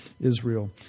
Israel